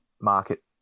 market